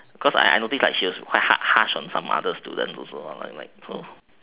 because I notice she was like quite quite harsh on other students so